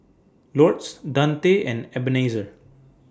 Lourdes Dante and Ebenezer